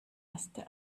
erste